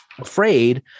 afraid